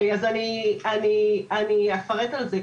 אני אפרט על זה.